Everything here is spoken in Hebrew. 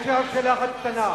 יש לי רק שאלה אחת קטנה.